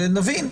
שנבין.